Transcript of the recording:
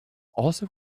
also